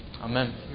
Amen